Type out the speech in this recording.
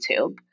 YouTube